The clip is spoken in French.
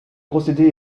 procédé